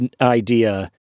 idea